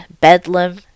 Bedlam